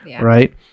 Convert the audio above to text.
right